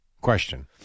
question